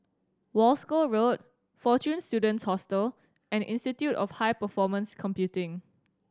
Wolskel Road Fortune Students Hostel and Institute of High Performance Computing